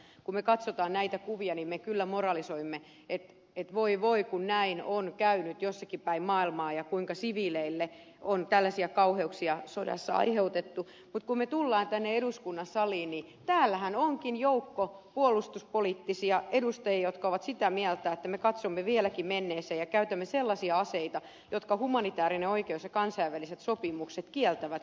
kun me katsomme näitä kuvia me kyllä moralisoimme että voi voi kun näin on käynyt jossakin päin maailmaa kuinka siviileille on tällaisia kauheuksia sodassa aiheutettu mutta kun me tulemme tänne eduskunnan saliin niin täällähän onkin joukko puolustuspoliittisia edustajia jotka ovat sitä mieltä että me katsomme vieläkin menneeseen ja käytämme sellaisia aseita jotka humanitäärinen oikeus ja kansainväliset sopimukset kieltävät